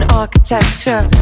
architecture